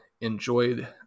enjoyed